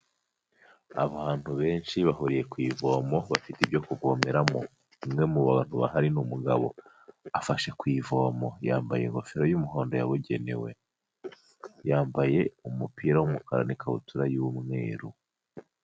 Abantu benshi bahuriye ku ivomo bafite ibyo kuvomeramo, umwe mu bantu bahari ni umugabo afashe ku ivomo yambaye ingofero y'umuhondo yabugenewe, yambaye umupira w'umukara n'ikabutura y'umweru.